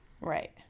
Right